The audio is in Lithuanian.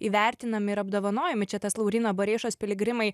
įvertinami ir apdovanojami čia tas lauryno bareišos piligrimai